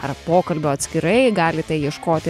ar pokalbio atskirai galite ieškoti